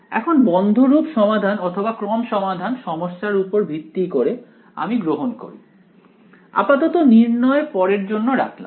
এখন বন্ধ রূপ সমাধান অথবা ক্রম সমাধান সমস্যার উপর ভিত্তি করে আমি গ্রহণ করি আপাতত নির্ণয় পরের জন্য রাখলাম